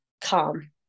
calm